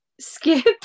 skip